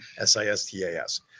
S-I-S-T-A-S